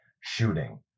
shooting